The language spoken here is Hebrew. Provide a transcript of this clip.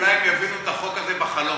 אולי הם יבינו את החוק הזה בחלום,